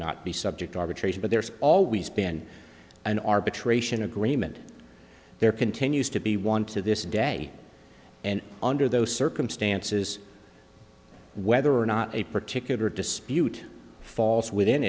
not be subject to arbitration but there's always been an arbitration agreement there continues to be one to this day and under those circumstances whether or not a particular dispute falls within